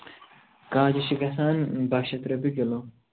کانٛجہِ چھِ گژھان باہ شَتھ رۄپیہِ کِلوٗ